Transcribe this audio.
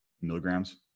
milligrams